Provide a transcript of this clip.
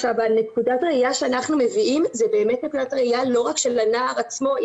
נקודת הראייה שאנחנו מביאים זו באמת נקודת הראיה לא רק של הנער עצמו.